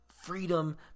freedom